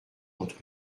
entre